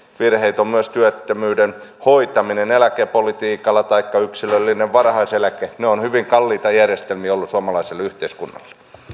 virheitä ovat myös muun muassa työttömyyden hoitaminen eläkepolitiikalla taikka yksilöllinen varhaiseläke ne ovat hyvin kalliita järjestelmiä olleet suomalaiselle yhteiskunnalle